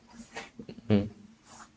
hmm